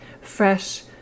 fresh